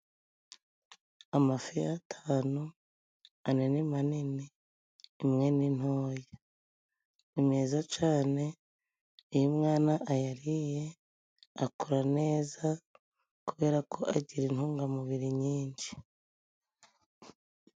amafi atanu, ane ni manini, imwe ni ntoya. Ni meza cane iyo umwana ayariye akura neza kubera ko agira intungamubiri nyinshi.